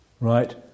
Right